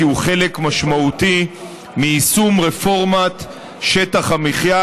כי הוא חלק משמעותי מיישום רפורמת שטח המחיה,